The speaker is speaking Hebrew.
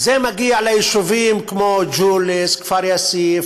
זה מגיע ליישובים כמו ג'וליס, כפר-יאסיף,